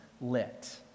lit